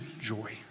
joy